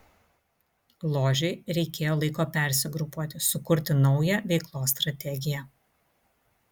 ložei reikėjo laiko persigrupuoti sukurti naują veiklos strategiją